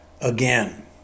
again